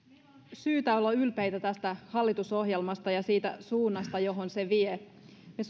syytä olla ylpeitä tästä hallitusohjelmasta ja siitä suunnasta johon se vie me